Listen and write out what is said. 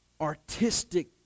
artistic